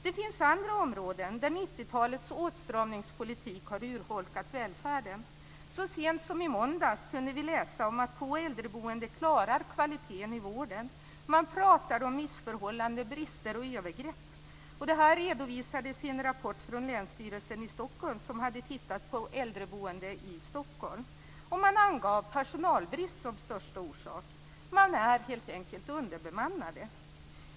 Det finns andra områden där 90-talets åtstramningspolitik har urholkat välfärden. Så sent som i måndags kunde vi läsa om att få äldreboenden klarar kvaliteten i vården. Man pratar om missförhållanden, brister och övergrepp. Detta redovisades i en rapport från Länsstyrelsen i Stockholm, som hade tittat på äldreboende i Stockholm. Man angav personalbrist som största orsak. Man är helt enkelt underbemannad.